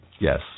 Yes